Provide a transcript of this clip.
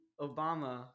Obama